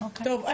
טוב,